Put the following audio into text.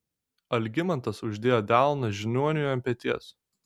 algimantas uždėjo delną žiniuoniui ant peties